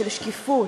של שקיפות,